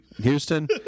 Houston